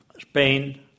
Spain